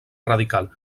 radical